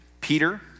Peter